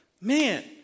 Man